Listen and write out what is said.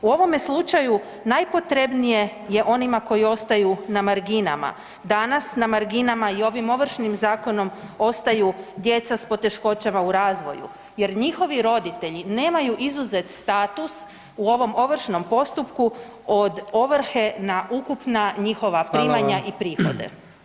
U ovome slučaju najpotrebnije je onima koji ostaju na marginama, danas na marginama i ovim Ovršnim zakonom ostaju djeca s poteškoćama u razvoju jer njihovi roditelji nemaju izuzet status u ovom ovršnom postupku od ovrhe na ukupna njihova [[Upadica: Hvala vam]] primanja i prihode.